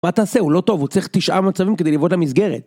מה אתה עושה? הוא לא טוב, הוא צריך תשעה מצבים כדי לבעוט למסגרת.